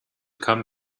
come